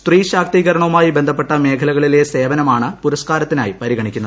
സ്ത്രീ ശാക്തീകരണവുമായി ബന്ധപ്പെട്ട മേഖലകളിലെ സേവനമാണ് പുരസ്കാരത്തിനായി പരിഗണിക്കുന്നത്